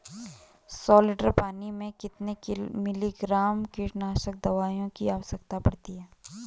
सौ लीटर पानी में कितने मिलीग्राम कीटनाशक दवाओं की आवश्यकता पड़ती है?